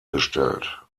gestellt